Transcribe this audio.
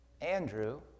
Andrew